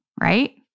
Right